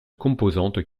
composante